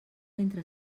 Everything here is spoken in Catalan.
entre